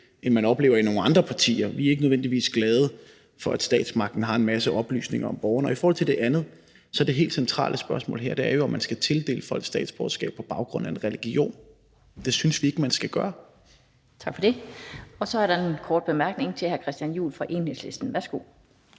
end man oplever i nogle andre partier. Vi er ikke nødvendigvis glade for, at statsmagten har en masse oplysninger om borgerne. I forhold til det andet er det helt centrale spørgsmål her, om man skal tildele folk statsborgerskab på baggrund af en religion. Det synes vi ikke man skal. Kl. 19:39 Den fg. formand (Annette Lind): Tak for det. Så er der en kort bemærkning fra hr. Christian Juhl fra Enhedslisten. Værsgo.